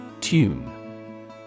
Tune